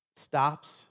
stops